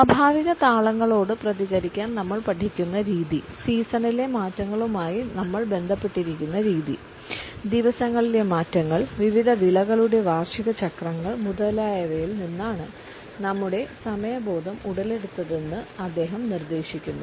സ്വാഭാവിക താളങ്ങളോട് പ്രതികരിക്കാൻ നമ്മൾ പഠിക്കുന്ന രീതി സീസണിലെ മാറ്റങ്ങളുമായി ഞങ്ങൾ ബന്ധപ്പെട്ടിരിക്കുന്ന രീതി ദിവസങ്ങളിലെ മാറ്റങ്ങൾ വിവിധ വിളകളുടെ വാർഷിക ചക്രങ്ങൾ മുതലായവയിൽ നിന്നാണ് നമ്മുടെ സമയബോധം ഉടലെടുത്തതെന്ന് അദ്ദേഹം നിർദ്ദേശിക്കുന്നു